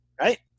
right